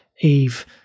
Eve